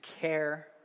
care